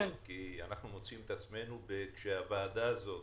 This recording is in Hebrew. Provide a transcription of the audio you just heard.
כי אנחנו מוצאים את עצמנו כשהוועדה הזאת